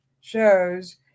shows